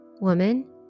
Woman